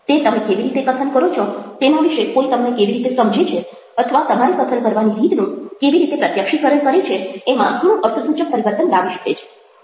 તે તમે કેવી રીતે કથન કરો છો તેના વિશે કોઈ તમને કેવી રીતે સમજે છે અથવા તમારી કથન કરવાની રીતનું કેવી રીતે પ્રત્યક્ષીકરણ કરે છે એમાં ઘણું અર્થસૂચક પરિવર્તન લાવી શકે છે